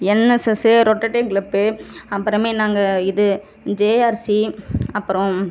NSS rotating club அப்புறமே நாங்கள் இது ஜேஆர்சி அப்பறம்